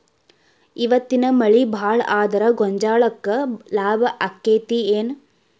ಇವತ್ತಿನ ಮಳಿ ಭಾಳ ಆದರ ಗೊಂಜಾಳಕ್ಕ ಲಾಭ ಆಕ್ಕೆತಿ ಏನ್?